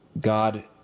God